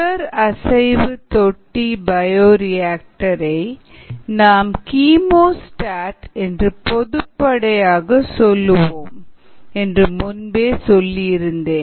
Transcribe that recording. தொடர் அசைவு தொட்டி பயோரியாக்டர் ஐ நாம் கீமோஸ்டாட் என்று பொதுப்படையாக சொல்லுவோம் என்று முன்பே சொல்லியிருந்தேன்